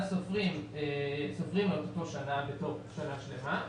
סופרים עד סוף השנה בתור שנה שנייה,